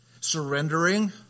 surrendering